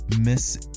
miss